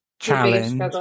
challenge